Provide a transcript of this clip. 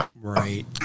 Right